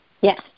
Yes